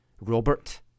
Robert